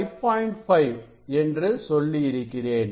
5 என்று சொல்லி இருக்கிறேன்